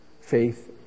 faith